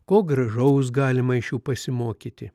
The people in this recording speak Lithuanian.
ko gražaus galima iš jų pasimokyti